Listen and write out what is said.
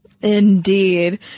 Indeed